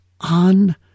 on